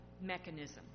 Mechanism